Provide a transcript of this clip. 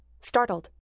startled